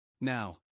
Now